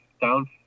down